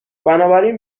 بنابراین